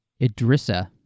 Idrissa